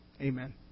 Amen